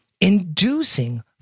inducing